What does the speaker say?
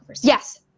Yes